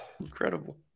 Incredible